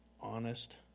honest